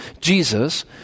Jesus